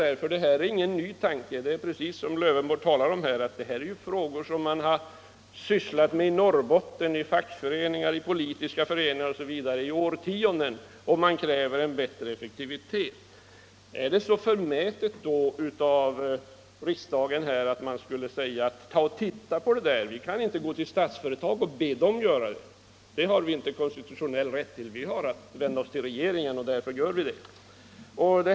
Detta är ingen ny tanke, utan precis som herr Lövenborg säger rör den frågor som man i Norrbotten har sysslat med i fackföreningar, politiska föreningar osv. i årtionden. Man kräver en bättre effektivitet. Är det då så förmätet av oss i riksdagen att säga till regeringen: Ta och titta på det där! Vi kan inte gå till Statsföretag och be om en sådan utredning — det har vi inte konstitutionell rätt till — utan vi har bara att vända oss till regeringen, och därför gör vi det.